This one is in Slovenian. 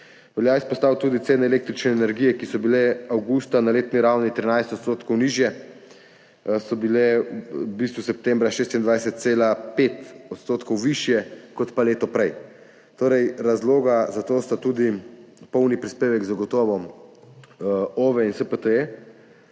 Velja izpostaviti tudi cene električne energije, ki so bile avgusta na letni ravni 13 % nižje, so bile v bistvu septembra 26,5 % višje kot pa leto prej. Razloga za to sta tudi polni prispevek zagotovo OVE in SPTE,